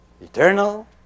Eternal